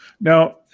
Now